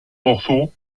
morceaux